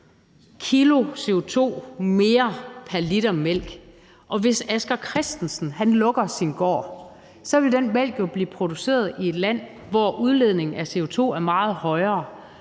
2 kg CO2 mere pr. liter mælk, og hvis Asger Christensen lukker sin gård, vil den mælk jo blive produceret i et land, hvor udledningen af CO2 er meget højere,